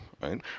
right